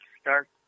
start